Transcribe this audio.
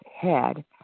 head